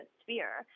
sphere